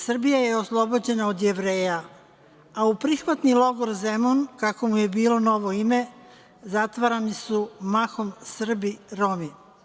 Srbija je oslobođena od Jevreja a u „Prihvatni logor Zemun“, kako mu je bilo novo ime, zatvarani su mahom Srbi, Romi.